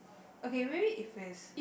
okay maybe if it's